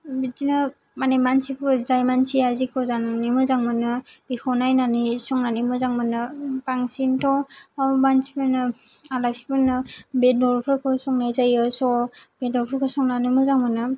बिदिनो माने मानसिफोर जाय मानसिया जेखौ जानानै मोजां मोनो बेखौ नायनानै संनानै मोजां मोनो बांसिनथ' मानसिफोरनो आलासिफोरनो बेदरफोरखौ संनाय जायो स बेदरफोरखौ संनानै मोजां मोनो